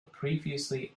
previously